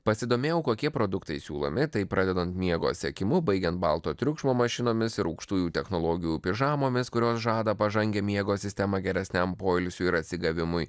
pasidomėjau kokie produktai siūlomi tai pradedant miego sekimu baigiant balto triukšmo mašinomis ir aukštųjų technologijų pižamomis kurios žada pažangią miego sistemą geresniam poilsiui ir atsigavimui